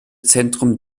zentrum